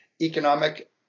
economic